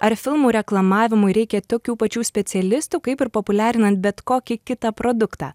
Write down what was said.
ar filmų reklamavimui reikia tokių pačių specialistų kaip ir populiarinant bet kokį kitą produktą